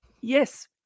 yes